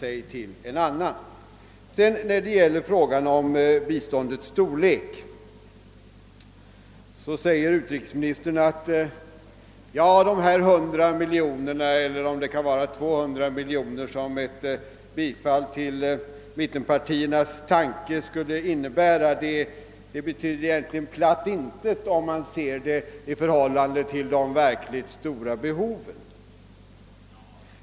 I fråga om biståndets storlek säger utrikesministern att de 100 eller 200 miljoner kronor som ett bifall till mittenpartiernas förslag skulle innebära egentligen betyder platt intet, om man ser det i förhållande till de verkligt stora behoven.